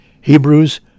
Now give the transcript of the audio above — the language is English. Hebrews